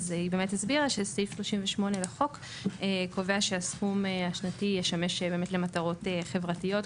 היא הסבירה שסעיף 38 לחוק קובע שהסכום השנתי באמת ישמש למטרות חברתיות,